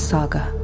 Saga